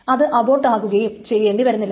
അത് അബോർട്ട് ആകുകയും ചെയ്യേണ്ടി വരുന്നില്ല